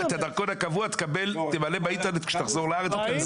את הדרכון הקבוע תמלא באינטרנט כשתחזור לארץ --- ובלי עלות.